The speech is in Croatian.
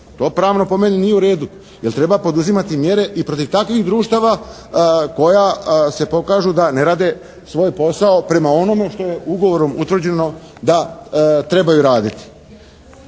to pravno po meni nije u redu. Jer treba poduzimati mjere i protiv takvih društava koja se pokažu da ne rade svoj posao prema onu što je ugovorom utvrđeno da trebaju raditi.